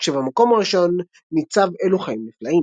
כשבמקום הראשון ניצב "אלו חיים נפלאים".